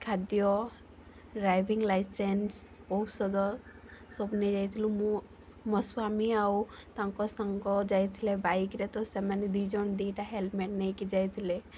ଖାଦ୍ୟ driving licence ଔଷଧ ସବୁ ନେଇଯାଇଥିଲୁ ମୁଁ ମୋ ସ୍ୱାମୀ ଆଉ ତାଙ୍କ ସାଙ୍ଗ ଯାଇଥିଲେ ବାଇକ୍ରେ ତ ସେମାନେ ଦି ଜଣ ଦି ଟା ହେଲମେଟ୍ ନେଇକି ଯାଇଥିଲେ